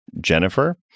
Jennifer